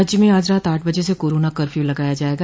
राज्य में आज रात आठ बजे से कोरोना कर्फ्यू लगाया जायेगा